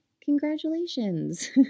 Congratulations